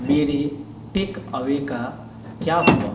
मेरे टेकअवे का क्या हुआ